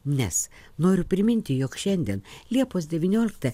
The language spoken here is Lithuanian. nes noriu priminti jog šiandien liepos devynioliktą